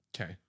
Okay